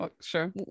sure